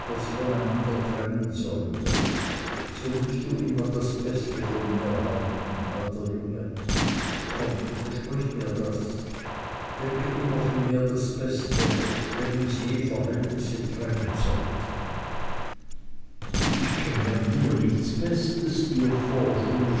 voneinander trennen sollte so mußt du immer das beste von mir halten alter junge komm versprich mir das denke immer von mir das beste wenn uns je verhältnisse trennen sollten ich kenne an dir nichts bestes